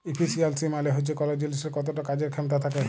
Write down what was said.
ইফিসিয়ালসি মালে হচ্যে কল জিলিসের কতট কাজের খ্যামতা থ্যাকে